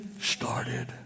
started